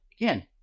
again